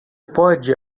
pode